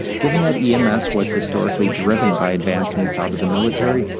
given that ems was historically driven by advancements out of the military,